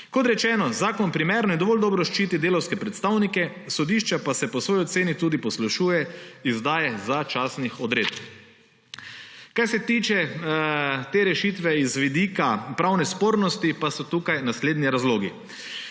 Kot rečeno, zakon primerno in dovolj dobro ščiti delavske predstavnike, sodišče pa se po svoji oceni tudi poslužuje izdaje začasnih odredb. Kar se tiče te rešitve z vidika pravne spornosti, pa so tukaj naslednji razlogi.